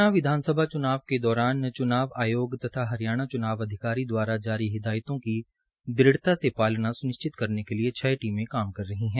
हरियाणा विधानसभा च्नाव के दौरान च्नाव आयोग तथा हरियाणा च्नाव अधिकारी द्वारा जारी हिदायतों की दृढता से पालना सुनिश्चित करने के लिए छह टीमें काम कर रही हैं